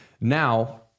Now